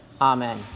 Amen